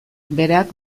berak